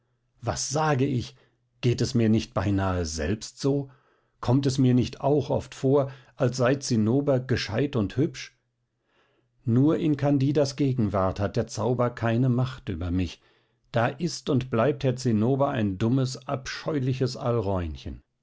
was sage ich geht es mir nicht beinahe selbst so kommt es mir nicht auch oft vor als sei zinnober gescheit und hübsch nur in candidas gegenwart hat der zauber keine macht über mich da ist und bleibt herr zinnober ein dummes abscheuliches